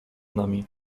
nami